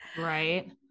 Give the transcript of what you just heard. Right